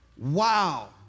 Wow